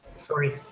sorry.